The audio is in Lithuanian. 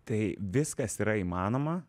tai viskas yra įmanoma